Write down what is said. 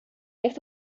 ligt